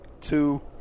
two